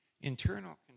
Internal